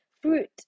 fruit